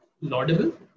laudable